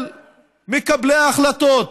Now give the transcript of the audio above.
אל מקבלי ההחלטות,